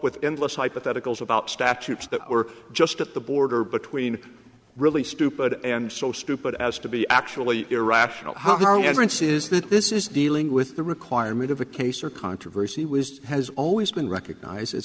with endless hypotheticals about statutes that we're just at the border between really stupid and so stupid as to be actually irrational however it says that this is dealing with the requirement of a case or controversy was has always been recognize